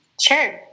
Sure